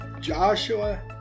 Joshua